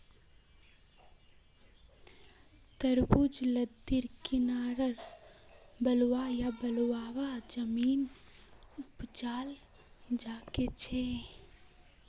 तरबूज लद्दीर किनारअ बलुवा या बालू वाला जमीनत उपजाल जाछेक